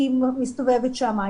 היא מסתובבת שם,